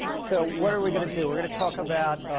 so what are we going to do? we're going to talk about